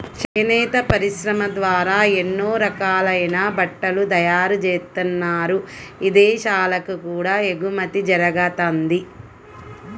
చేనేత పరిశ్రమ ద్వారా ఎన్నో రకాలైన బట్టలు తయారుజేత్తన్నారు, ఇదేశాలకు కూడా ఎగుమతి జరగతంది